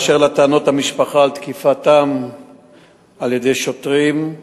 באשר לטענות המשפחה על תקיפתם על-ידי שוטרים,